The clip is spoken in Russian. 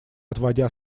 отводя